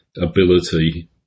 ability